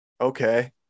Okay